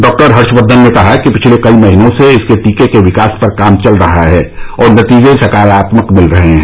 doctor Harshvardhan ने कहा कि पिछले कई महीनों से इसके टीके के विकास पर काम चल रहा है और नतीजे सकारात्मक मिल रहे हैं